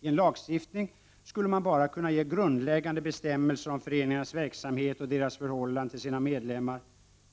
I en lagstiftning skulle man bara kunna ge grundläggande bestämmelser om föreningarnas verksamhet och deras förhållande till sina medlemmar,